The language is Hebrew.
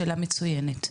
שאלה מצוינת,